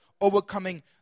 overcoming